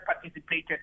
participated